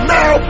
now